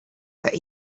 that